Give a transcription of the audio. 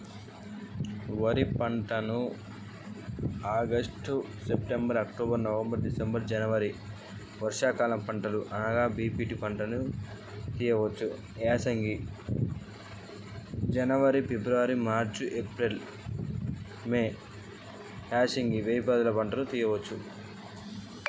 వరి పంట ఎన్ని నెలల్లో పండించగలం ఆ నెలల పేర్లను తెలుపండి?